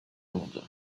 monde